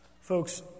Folks